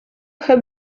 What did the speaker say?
her